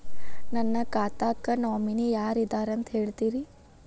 ನನ್ನ ಖಾತಾಕ್ಕ ನಾಮಿನಿ ಯಾರ ಇದಾರಂತ ಹೇಳತಿರಿ?